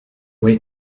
wait